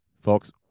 Folks